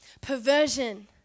perversion